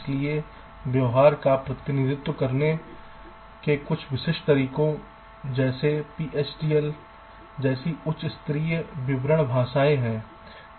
इसलिए व्यवहार का प्रतिनिधित्व करने के कुछ विशिष्ट तरीके जैसे PHDL जैसी उच्च स्तरीय विवरण भाषाओं हैं